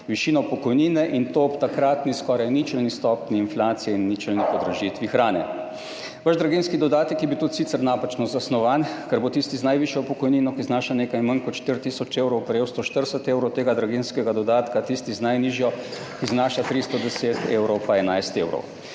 višino pokojnine, in to ob takratni skoraj ničelni stopnji inflacije in ničelni podražitvi hrane. Vaš draginjski dodatek je bil tudi sicer napačno zasnovan, ker bo tisti z najvišjo pokojnino, ki znaša nekaj manj kot štiri tisoč evrov, prejel 140 evrov tega draginjskega dodatka, tisti z najnižjo, ki znaša 310 evrov, pa 11 evrov.